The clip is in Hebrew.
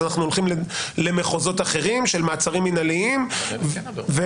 הולכים למחוזות אחרים של מעצרים מנהליים או